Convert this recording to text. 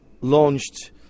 launched